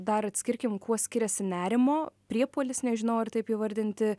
dar atskirkim kuo skiriasi nerimo priepuolis nežinau ar taip įvardinti